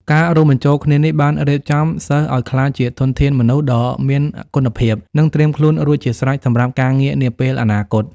ការរួមបញ្ចូលគ្នានេះបានរៀបចំសិស្សឱ្យក្លាយជាធនធានមនុស្សដ៏មានគុណភាព និងត្រៀមខ្លួនរួចជាស្រេចសម្រាប់ការងារនាពេលអនាគត។